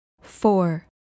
four